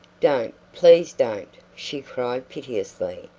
don't, please don't! she cried piteously,